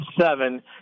seven